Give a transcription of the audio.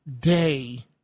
day